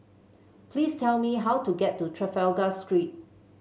please tell me how to get to Trafalgar Street